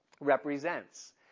represents